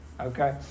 okay